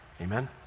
Amen